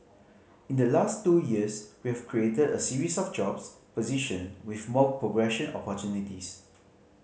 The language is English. in the last two years we have created a series of jobs position with more progression opportunities